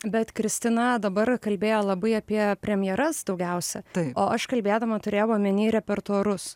bet kristina dabar kalbėjo labai apie premjeras daugiausia o aš kalbėdama turėjau omeny repertuarus